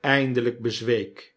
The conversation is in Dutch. eindelyk bezweek